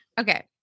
Okay